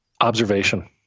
Observation